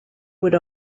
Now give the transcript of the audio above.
would